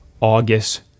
August